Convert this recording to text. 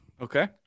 Okay